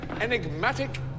enigmatic